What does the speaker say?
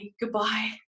goodbye